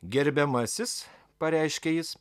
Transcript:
gerbiamasis pareiškė jis